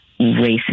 racist